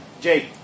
Jake